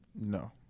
No